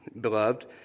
beloved